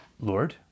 Lord